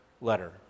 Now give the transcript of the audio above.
letter